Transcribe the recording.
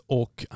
och